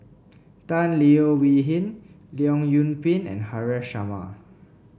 Tan Leo Wee Hin Leong Yoon Pin and Haresh Sharma